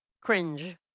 cringe